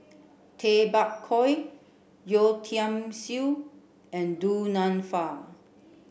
Tay Bak Koi Yeo Tiam Siew and Du Nanfa